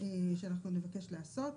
שאנחנו נבקש לעשות.